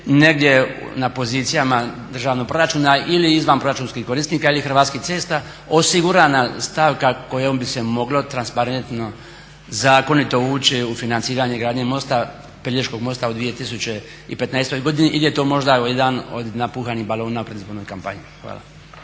negdje na pozicijama državnog proračuna ili izvanproračunskih korisnika ili Hrvatskih cesta osigurana stavka kojom bi se moglo transparentno zakonito ući u financiranje gradnje Pelješkog mosta u 2015.godini ili je to možda jedan od napuhanih balona u predizbornoj kampanji. Hvala.